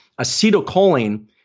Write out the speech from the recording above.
acetylcholine